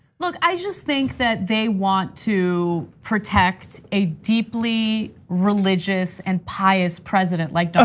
look, i just think that they want to protect a deeply religious and pious president like ah